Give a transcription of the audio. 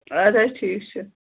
اَدٕ حظ ٹھیٖک چھُ